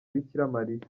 bikiramariya